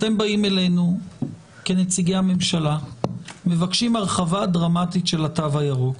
אתם באים אלינו כנציגי הממשלה ומבקשים הרחבה דרמטית של התו הירוק.